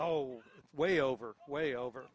oh way over way over